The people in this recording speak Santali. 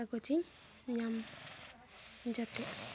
ᱠᱟᱜᱚᱡᱽ ᱤᱧ ᱧᱟᱢ ᱡᱟᱛᱮ